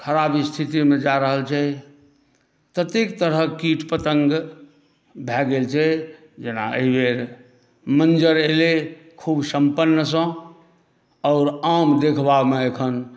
खराब स्थितिमे जा रहल छै तते तरहक किट पतङ्ग भए गेल छै जेना एहिबेर मञ्जर एलै खुब सम्पन्नसँ आओर आम देखबामे एखन